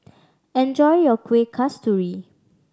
enjoy your Kueh Kasturi